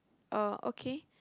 uh okay